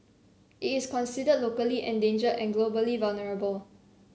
it is considered locally endangered and globally vulnerable